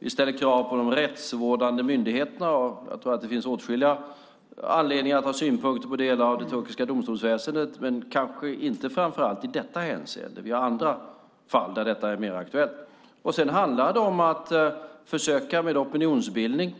Vi ställer krav på de rättsvårdande myndigheterna. Jag tror att det finns åtskilliga anledningar att ha synpunkter på delar av det turkiska domstolsväsendet men kanske inte framför allt i detta hänseende. Vi har andra fall där detta är mer aktuellt. Sedan handlar det om att försöka med opinionsbildning.